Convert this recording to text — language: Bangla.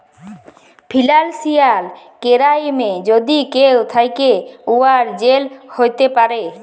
ফিলালসিয়াল কেরাইমে যদি কেউ থ্যাকে, উয়ার জেল হ্যতে পারে